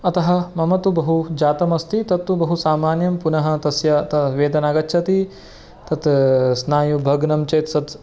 अतः मम तु बहु जातमस्ति तत्तु बहु सामान्यं पुनः तस्य वेदना गच्छति तत् स्नायुः भग्नं चेत् तत्